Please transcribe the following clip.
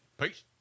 Peace